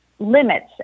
limits